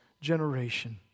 generation